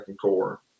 core